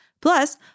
Plus